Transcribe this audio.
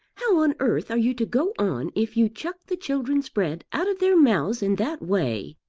how on earth are you to go on if you chuck the children's bread out of their mouths in that way?